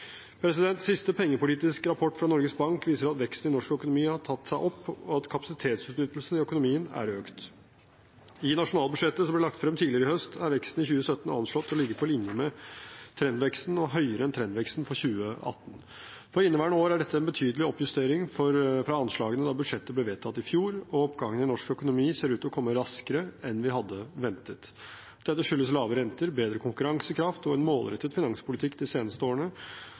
Siste Pengepolitisk rapport fra Norges Bank viser at veksten i norsk økonomi har tatt seg opp, og at kapasitetsutnyttelsen i økonomien er økt. I nasjonalbudsjettet, som ble lagt frem tidligere i høst, er veksten i 2017 anslått til å ligge på linje med trendveksten og høyere enn trendveksten for 2018. For inneværende år er dette en betydelig oppjustering fra anslagene da budsjettet ble vedtatt i fjor, og oppgangen i norsk økonomi ser ut til å komme raskere enn vi hadde ventet. Dette skyldes lave renter, bedre konkurransekraft og en målrettet finanspolitikk de seneste årene,